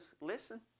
Listen